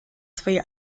свои